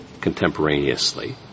contemporaneously